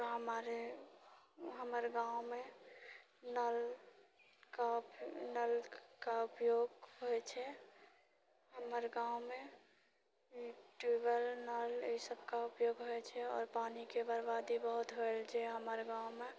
हमर हमर गाँवमे नलके नलके उपयोग होइत छै हमर गाँवमे ट्यूबेल नल ई सबकेँ उपयोग होइत छै आओर पानिके बरबादी बहुत होइ रहल छै हमर गाँवमे